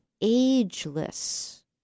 ageless